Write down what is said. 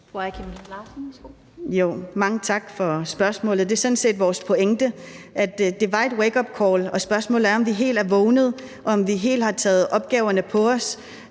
Mange tak for spørgsmålet. Det er sådan set vores pointe, at det var et wakeupcall, og spørgsmålet er, om vi helt er vågnet og helt har taget opgaverne på os,